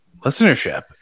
listenership